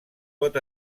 pot